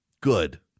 Good